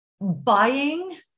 buying